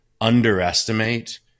underestimate